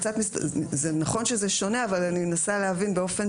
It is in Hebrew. זה נכון שזה שונה אבל אני מנסה להבין באופן